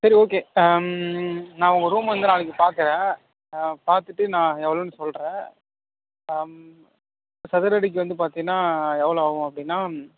சரி ஓகே நான் உங்கள் ரூமை வந்து நாளைக்கு பார்க்குறேன் பார்த்துட்டு நான் எவ்வளோனு சொல்கிறேன் சதுரடிக்கும் வந்து பார்த்திங்கன்னா எவ்வளோ ஆவும் அப்படினா